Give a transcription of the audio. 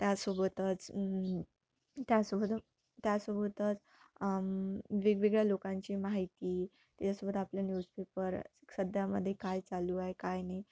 त्यासोबतच त्यासोबत त्यासोबतच वेगवेगळ्या लोकांची माहिती त्याच्यासोबत आपले न्यूजपेपर सध्यामध्ये काय चालू आहे काय नाही